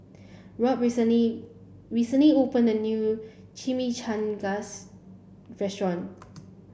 Robb recently recently opened a new Chimichangas Restaurant